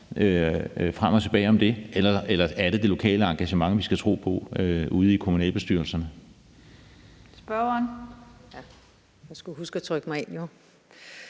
frem og tilbage om det, eller er det det lokale engagement ude i kommunalbestyrelserne,